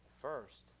First